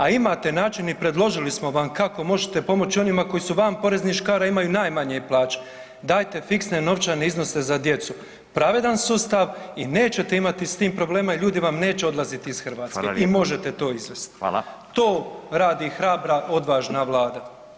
A imate način i predložili smo vam kako možete pomoći onima koji su van poreznih škara, a imaju najmanje plaće, dajte fiksne novčane iznose za djecu, pravedan sustav i nećete imati s tim problema i ljudi vam neće odlaziti iz Hrvatske [[Upadica: Hvala lijepa]] i možete to izvest [[Upadica: Hvala]] To radi hrabra odvažna vlada.